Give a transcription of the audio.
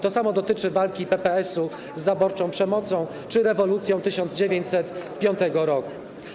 To samo dotyczy walki PPS-u z zaborczą przemocą czy rewolucją 1905 r.